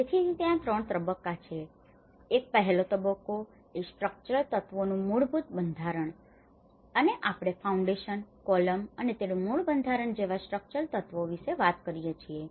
તેથી ત્યાં ત્રણ તબક્કાઓ છે એક પહેલો તબક્કો એ સ્ટ્રક્ચરલ તત્વોનું મૂળભૂત બંધારણ છે અને આપણે ફાઉન્ડેશન કોલમ અને તેનું મૂળ બંધારણ જેવા સ્ટ્રક્ચરલ તત્વો વિશે વાત કરીએ છીએ